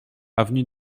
avenue